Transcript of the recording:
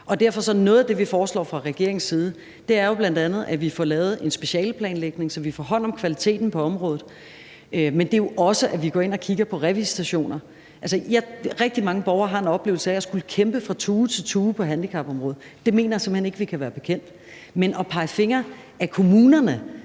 det, vi foreslår fra regeringens side, jo bl.a., at vi får lavet en specialeplanlægning, så vi får taget hånd om kvaliteten på området, men det er jo også, at vi går ind og kigger på revisitationer. Rigtig mange borgere har en oplevelse af at skulle kæmpe fra tue til tue på handicapområdet, og det mener jeg simpelt hen ikke vi kan være bekendt. I forhold til at pege fingre ad kommunerne